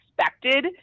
expected